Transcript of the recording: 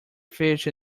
fish